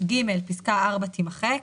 פסקה (4) תימחק,